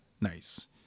nice